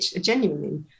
genuinely